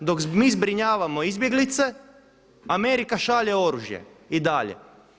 I dok mi zbrinjavamo izbjeglice Amerika šalje oružje i dalje.